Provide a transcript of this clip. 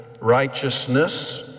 righteousness